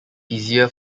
easier